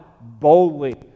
boldly